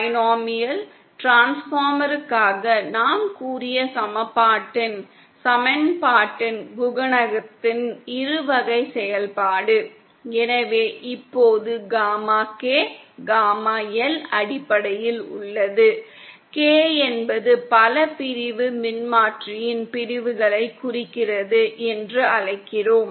binomial டிரான்ஸ்ஃபார்மருக்காக நாம் கூறிய சமன்பாட்டின் குணகத்தின் இருவகை செயல்பாடு எனவே இப்போது காமா K காமா L அடிப்படையில் உள்ளது K என்பது பல பிரிவு மின்மாற்றியின் பிரிவுகளைக் குறிக்கிறது என்று அழைக்கிறோம்